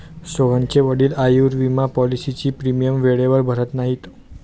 सोहनचे वडील आयुर्विमा पॉलिसीचा प्रीमियम वेळेवर भरत नाहीत